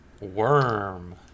Worm